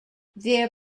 their